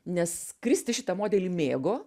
nes kristi šitą modelį mėgo